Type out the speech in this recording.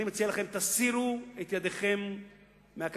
אני מציע לכם: תסירו את ידיכם מהכלכלה.